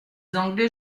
anglais